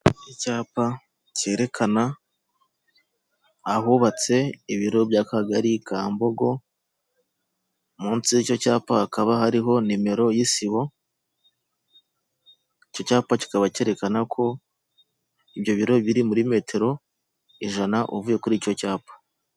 Icyapa cyerekana ahubatse ibiro by'akagari ka Mbogo munsi y'icyo cyapa hakaba hariho nimero y'isibo, icyo cyapa kikaba cyerekana ko ibyo biro biri muri metero ijana uvuye kuri icyo cyapa.